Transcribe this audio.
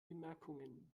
bemerkungen